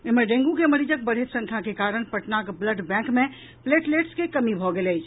एम्हर डेंगू के मरीजक बढ़ैत संख्या के कारण पटनाक ब्लड बैंक मे प्लेटलेट्स के कमी भऽ गेल अछि